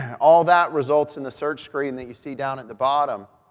all that results in the search screen that you see down at the bottom,